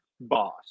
boss